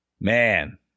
man